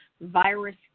virus